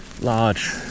large